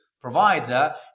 provider